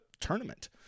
tournament